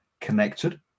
connected